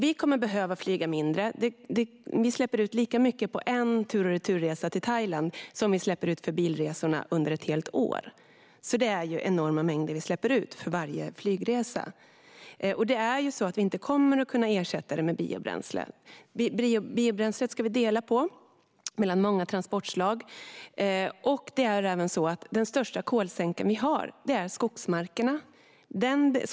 Vi kommer att behöva flyga mindre. Vi släpper ut lika mycket på en tur-och-retur-resa till Thailand som vi släpper ut på bilresor under ett helt år. Det är enorma mängder som släpps ut för varje flygresa. Vi kommer inte att kunna ersätta mer med biobränsle. Biobränslet ska delas mellan många transportslag. Den största kolsänkan är skogsmarkerna.